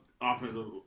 offensive